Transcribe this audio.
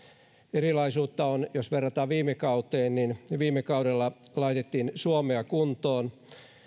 erilaisuutta on jos verrataan viime kauteen viime kaudella laitettiin suomea kuntoon